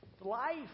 life